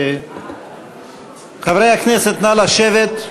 חברי הכנסת, נא לשבת.